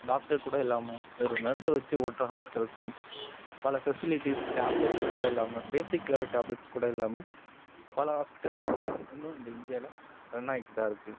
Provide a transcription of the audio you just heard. doctor கூட இல்லாமல் வெறும் நர்ஸை வைச்சு ஓட்டுகிற ஆஸ்பெட்டுலுஸூம் சில ஃபெசிலிட்டீஸ் டேப்லெட்ஸ் கூட இல்லாமல் பேசிக் லெவல் டேப்லெட்ஸ் கூட இல்லாமல் பல ஹாஸ்பிட்டல் இன்னும் இந்த இந்தியாவில் ரன்னாயிட்டுதான் இருக்குது